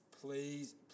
please